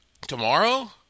Tomorrow